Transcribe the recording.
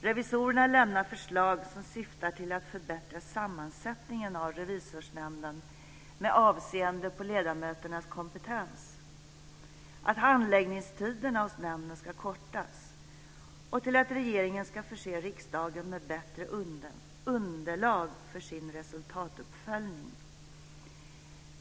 Revisorerna lämnar förslag som syftar till att förbättra sammansättningen av Revisorsnämnden med avseende på ledamöternas kompetens, till att handläggningstiderna hos nämnden kortas och till att regeringen förser riksdagen med bättre underlag för sin resultatuppföljning.